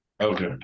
okay